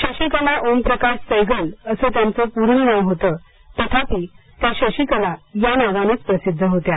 शशिकला ओमप्रकाश सैगल असं त्यांचं पूर्ण नाव होतं तथापि त्या शशिकला या नावानेच प्रसिद्ध होत्या